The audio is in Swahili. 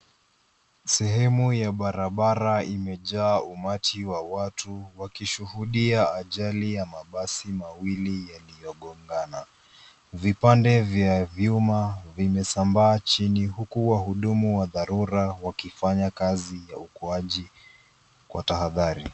Sehemu ya barabara imejaa umati wa watu wakishuhudia ajali ya mabasi mawili yaliyogongana. Vipande vya vyuma vimesambaa chini huku wahudumu wa dharura wakifanya kazi ya uokoaji kwa tahadhari.